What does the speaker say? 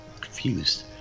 confused